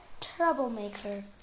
troublemaker